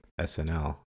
SNL